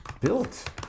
built